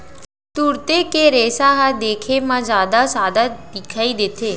तुरते के रेसा ह देखे म जादा सादा दिखई देथे